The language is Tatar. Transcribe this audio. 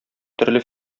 төрле